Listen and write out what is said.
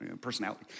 personality